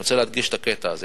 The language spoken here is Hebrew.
אני רוצה להדגיש את הקטע הזה.